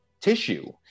tissue